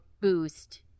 boost